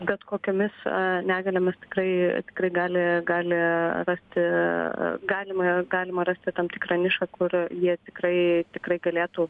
bet kokiomis negaliomis tikrai tikrai gali gali rasti galima galima rasti tam tikrą nišą kur jie tikrai tikrai galėtų